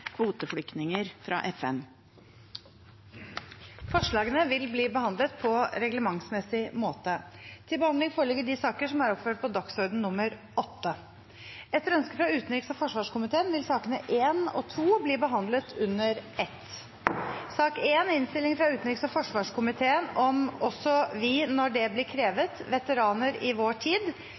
kvoteflyktninger fra FN. Forslagene vil bli behandlet på reglementsmessig måte. Etter ønske fra utenriks- og forsvarskomiteen vil sakene nr. 1 og 2 bli behandlet under ett. Etter ønske fra utenriks- og forsvarskomiteen vil presidenten ordne debatten slik: 5 minutter til hver partigruppe og 5 minutter til medlemmer av regjeringen. Videre vil det